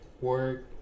work